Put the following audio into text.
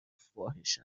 فاحش